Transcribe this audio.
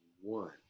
one